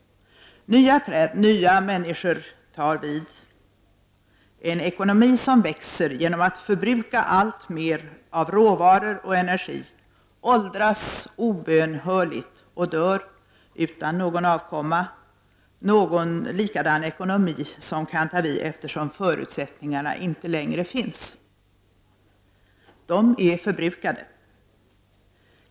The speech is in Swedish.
Nya träd, nya människor tar vid. En ekonomi som växer genom att förbruka alltmer råvaror och energi åldras obönhörligt och dör utan att någon avkomma eller någon likadan ekonomi kan ta vid, eftersom förutsättningarna inte längre finns — de är förbrukade.